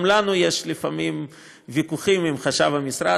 גם לנו יש לפעמים ויכוחים עם חשב המשרד.